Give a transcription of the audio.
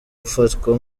ufatwa